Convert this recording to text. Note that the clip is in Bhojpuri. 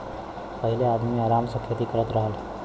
पहिले आदमी आराम से खेती करत रहल